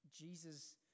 Jesus